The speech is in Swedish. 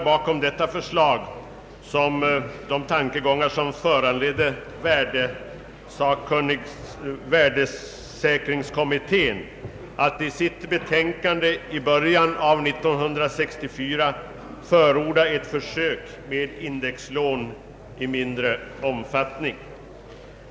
Bakom detta förslag ligger samma tankegångar som de som föranledde värdesäkringskommittén att i sitt betänkande i början av 1964 förorda ett försök med indexlån i mindre omfattning.